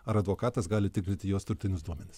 ar advokatas gali tikrinti jos turtinius duomenis